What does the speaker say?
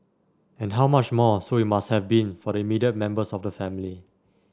and how much more so it must have been for the immediate members of the family